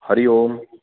Hari Om